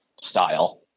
style